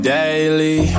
daily